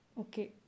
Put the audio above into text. Okay